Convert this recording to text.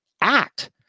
act